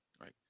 right